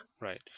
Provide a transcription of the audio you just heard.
Right